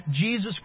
Jesus